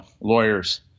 lawyers